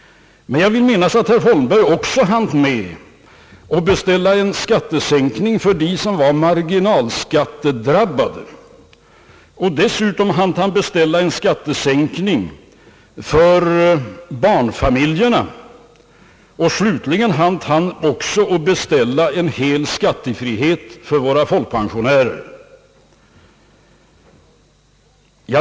Herr Holmberg hann också beställa en skattesänk ning för de marginalskattedrabbade. Dessutom beställde han en skattesänkning för barnfamiljerna samt skattefrihet för våra folkpensionärer.